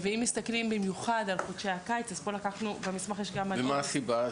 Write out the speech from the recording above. ואם מסתכלים במיוחד על חודשי הקיץ --- ומה הסיבה?